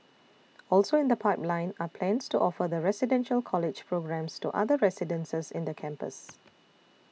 also in the pipeline are plans to offer the Residential College programmes to other residences in the campus